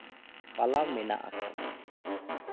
ᱯᱟᱞᱟᱣ ᱢᱮᱱᱟᱜ ᱟᱠᱟᱫᱟ